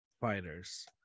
fighters